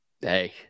Hey